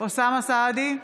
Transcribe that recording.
אוסאמה סעדי,